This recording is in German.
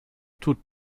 tut